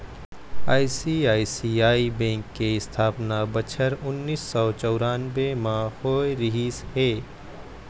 ICICI bank के इस्थापना बछर उन्नीस सौ चउरानबे म होय रिहिस हे